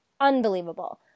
unbelievable